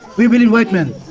we believe white man.